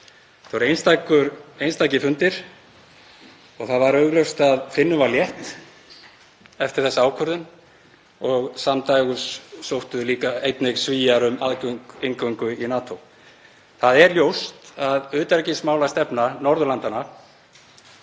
voru einstakir fundir og það var augljóst að Finnum var létt eftir þessa ákvörðun. Samdægurs sóttu einnig Svíar um inngöngu í NATO. Það er ljóst að utanríkismálastefna Norðurlandanna